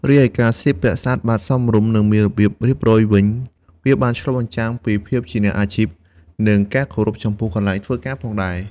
រីឯការស្លៀកពាក់ស្អាតបាត សមរម្យ និងមានរបៀបរៀបរយវិញវាបាន ឆ្លុះបញ្ចាំងពីភាពជាអ្នកអាជីព និងការគោរពចំពោះកន្លែងធ្វើការផងដែរ។